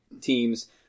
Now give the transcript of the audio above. teams